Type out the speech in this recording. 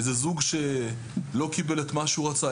איזה זוג שלא קיבל את מה שהוא רצה,